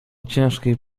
ciężkiej